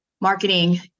marketing